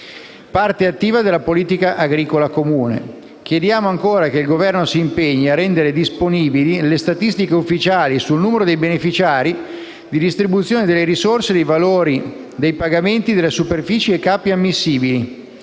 parte attiva della Politica agricola comune. Chiediamo ancora che il Governo si impegni a rendere disponibili le statistiche ufficiali sul numero dei beneficiari, sulla distribuzione delle risorse, sui valori dei pagamenti, sulle superfici e sui capi ammissibili,